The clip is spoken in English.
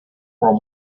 from